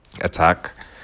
attack